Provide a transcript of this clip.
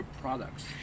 products